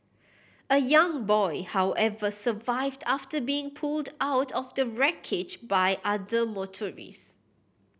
a young boy however survived after being pulled out of the wreckage by other motorist